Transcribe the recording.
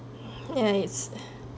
yeah it's